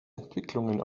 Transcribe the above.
entwicklungen